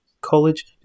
college